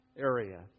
area